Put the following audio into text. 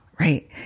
Right